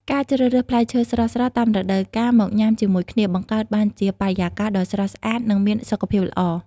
ការជ្រើសរើសផ្លែឈើស្រស់ៗតាមរដូវកាលមកញ៉ាំជាមួយគ្នា បង្កើតបានជាបរិយាកាសដ៏ស្រស់ស្រាយ និងមានសុខភាពល្អ។